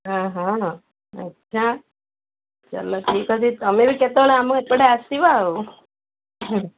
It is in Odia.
ହଁ ହଁ ଆଚ୍ଛା ଚାଲ ଠିକ୍ ଅଛି ତୁମେ ବି କେତେବେଳେ ଆମ ଏପଟେ ଆସିବ ଆଉ